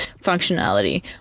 functionality